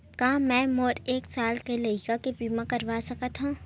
का मै मोर एक साल के लइका के बीमा करवा सकत हव?